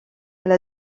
elle